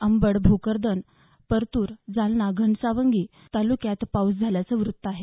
अंबड भोकरदन परतूर जालना घनसावंगी तालुक्यात पाऊस झाल्याचं वृत्त आहे